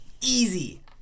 Easy